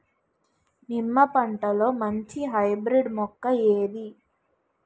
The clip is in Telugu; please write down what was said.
నిమ్మ పంటలో మంచి హైబ్రిడ్ మొక్క ఏది?